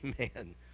amen